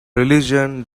religion